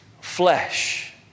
flesh